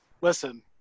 Listen